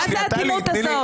מה זו התמימות הזאת?